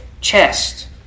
chest